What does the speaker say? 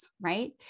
right